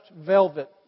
velvet